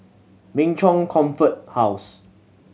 Min Chong Comfort House